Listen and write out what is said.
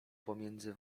pomiędzy